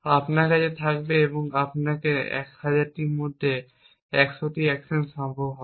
আপনার কাছে থাকবে এবং তারপরে আপনি 1000টির মধ্যে 100টি অ্যাকশন সম্ভব হবে